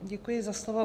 Děkuji za slovo.